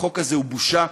החוק הזה הוא בושה,